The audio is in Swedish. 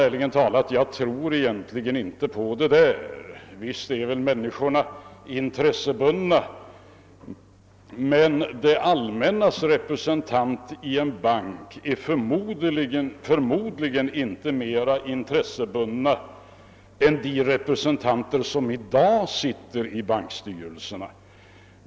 Ärligt talat, herr talman, tror jag egentligen inte på det där. Visst är människorna intressebundna, men det allmännas representanter i bankstyrelserna skulle förmodligen inte vara mer intressebundna än de som i dag sitter i bankstyrelserna.